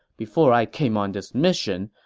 before i came on this mission,